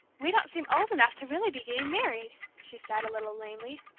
we don't seem old enough to really be getting married! she said, a little lamely.